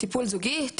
טיפול זוגי.